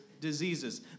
Diseases